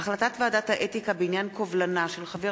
החלטת ועדת האתיקה בעניין קובלנה של חבר